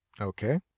Okay